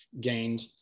gained